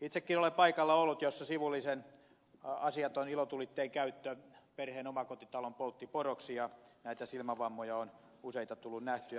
itsekin olen ollut paikalla jossa sivullisen asiaton ilotulitteen käyttö perheen omakotitalon poltti poroksi ja näitä silmävammoja on useita tullut nähtyä